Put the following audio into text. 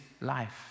life